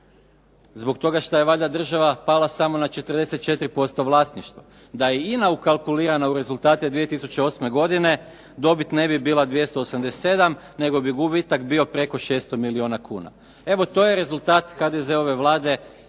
zbog toga što je valjda država pala samo na 44% vlasništva. Da je INA ukalkulirana u rezultate 2008. godine dobit ne bi bila 287 nego bi gubitak bio preko 600 milijuna kuna. Evo, to je rezultat HDZ-ove Vlade